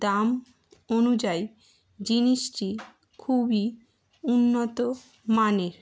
দাম অনুযায়ী জিনিসটি খুবই উন্নত মানের